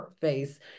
face